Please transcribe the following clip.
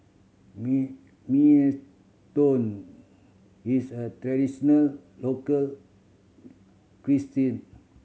minestrone is a traditional local cuisine